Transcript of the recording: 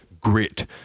grit